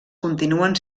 continuen